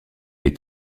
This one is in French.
est